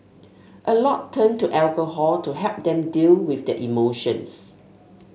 a lot turn to alcohol to help them deal with their emotions